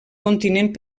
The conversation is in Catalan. continent